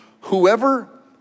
Whoever